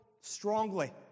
strongly